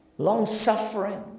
Long-suffering